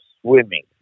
swimming